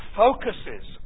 focuses